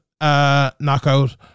knockout